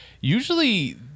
usually